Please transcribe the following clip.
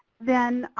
then